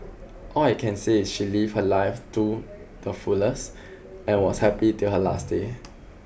all I can say is she lived her life too the fullest and was happy till her last day